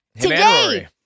Today